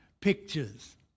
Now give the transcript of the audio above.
pictures